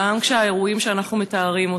גם כשיש האירועים שאנחנו מתארים.